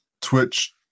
Twitch